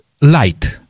light